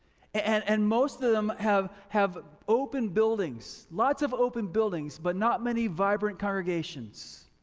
and and most of them have have open buildings, lots of open buildings, but not many vibrant congregations.